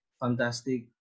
fantastic